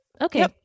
okay